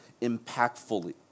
impactfully